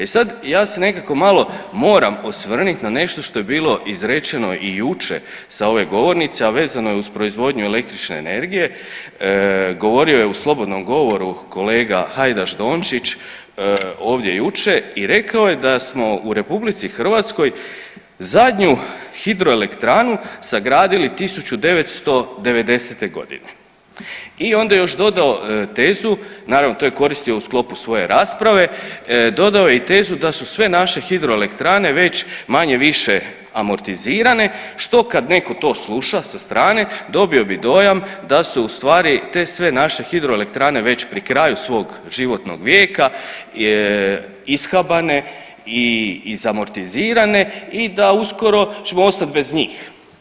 E sad, ja se nekako malo moram osvrnut na nešto što je bilo izrečeno i juče sa ove govornice, a vezano je uz proizvodnju električne energije, govorio je u slobodnom govoru kolega Hajdaš Dončić ovdje juče i rekao je da smo u RH zadnju hidroelektranu sagradili 1990.g. i onda je još dodao tezu, naravno to je koristio u sklopu svoje rasprave, dodao je i tezu da su sve naše hidroelektrane već manje-više amortizirane što kad neko to sluša sa strane dobio bi dojam da su u stvari te sve naše hidroelektrane već pri kraju svog životnog vijeka, ishabane i izamortizirane i da uskoro ćemo ostat bez njih.